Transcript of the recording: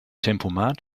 tempomat